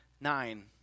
nine